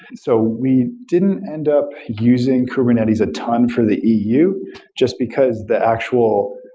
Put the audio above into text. so we didn't end up using kubernetes a ton for the eu just because the actual